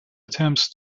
attempts